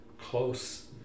close